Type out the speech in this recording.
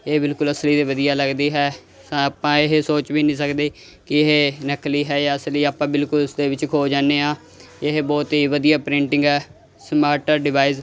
ਇਹ ਬਿਲਕੁਲ ਅਸਲੀ ਅਤੇ ਵਧੀਆ ਲੱਗਦੀ ਹੈ ਹਾਂ ਆਪਾਂ ਇਹ ਸੋਚ ਵੀ ਨਹੀਂ ਸਕਦੇ ਕਿ ਇਹ ਨਕਲੀ ਹੈ ਜਾਂ ਅਸਲੀ ਆਪਾਂ ਬਿਲਕੁਲ ਉਸ ਦੇ ਵਿੱਚ ਖੋ ਜਾਂਦੇ ਹਾਂ ਇਹ ਬਹੁਤ ਹੀ ਵਧੀਆ ਪ੍ਰਿੰਟਿੰਗ ਹੈ ਸਮਾਰਟ ਡਿਵਾਈਸ